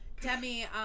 Demi